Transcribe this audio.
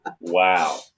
Wow